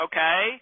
Okay